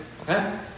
Okay